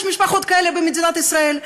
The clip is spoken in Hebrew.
יש משפחות כאלה במדינת ישראל,